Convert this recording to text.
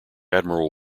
admiral